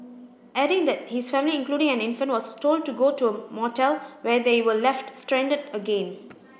adding that his family including an infant was told to go to a motel where they were left stranded again